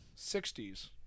60s